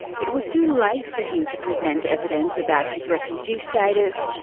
it was too late for him to present evidence about his refugee status.